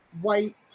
white